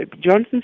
Johnson